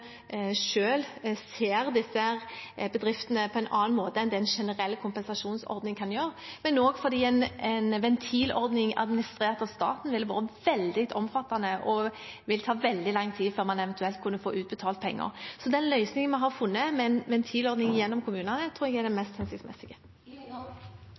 ser disse bedriftene på en annen måte enn den generelle kompensasjonsordningen kan gjøre, men også fordi en ventilordning administrert av staten ville være veldig omfattende, og det ville ta veldig lang tid før man eventuelt kunne få utbetalt penger. Den løsningen vi har funnet med en ventilordning gjennom kommunene, tror jeg er det